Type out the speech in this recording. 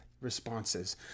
responses